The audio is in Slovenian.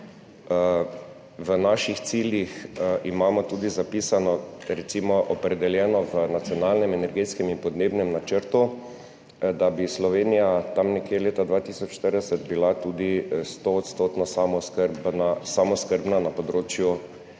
V naših ciljih imamo tudi zapisano, recimo opredeljeno v Nacionalnem energetskem in podnebnem načrtu, da bi Slovenija tam nekje leta 2040 bila tudi 100-odstotno samooskrbna na področju